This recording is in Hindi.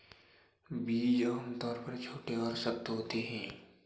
बीज आमतौर पर छोटे और सख्त होते हैं